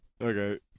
Okay